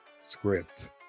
script